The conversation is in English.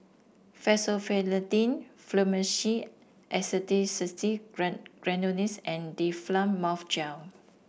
Fexofenadine Fluimucil Acetylcysteine Granules and Difflam Mouth Gel